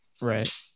Right